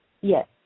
Yes